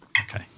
Okay